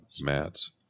mats